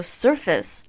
surface